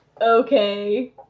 okay